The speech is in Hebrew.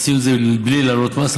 עשינו את זה מבלי להעלות מס,